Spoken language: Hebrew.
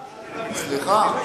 סליחה.